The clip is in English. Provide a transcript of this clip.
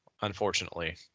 unfortunately